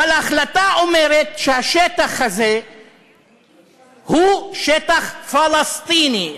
אבל ההחלטה אומרת שהשטח הזה הוא שטח פלסטיני.